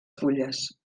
fulles